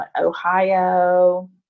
Ohio